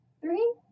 Three